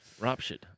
ruptured